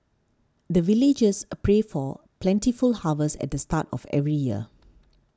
the villagers pray for plentiful harvest at the start of every year